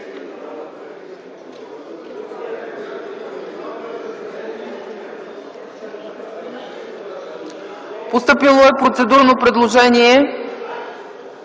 Постъпило е процедурно предложение